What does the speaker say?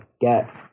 get